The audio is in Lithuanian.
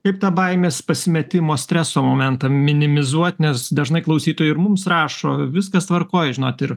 kaip tą baimės pasimetimo streso momentą minimizuot nes dažnai klausytojų ir mums rašo viskas tvarkoj žinot ir